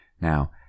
Now